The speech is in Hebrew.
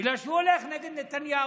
בגלל שהוא הולך נגד נתניהו.